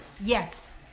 Yes